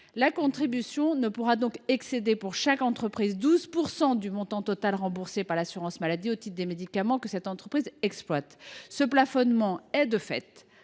La contribution ne pourra donc excéder, pour chaque entreprise, 12 % du montant total remboursé par l’assurance maladie au titre des médicaments que cette entreprise exploite. Ce plafonnement est un